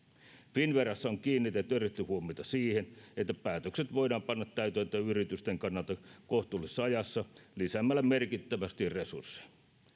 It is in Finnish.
finnverassa on kiinnitetty erityisesti huomiota siihen että päätökset voidaan panna täytäntöön yritysten kannalta kohtuullisessa ajassa lisäämällä merkittävästi resursseja